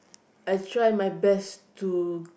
I try my best to